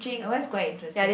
that one is quite interesting